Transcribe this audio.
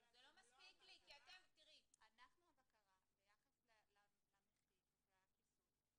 אבל זה לא מספיק לי כי אתם -- אנחנו הבקרה ביחס למחיר והכיסוי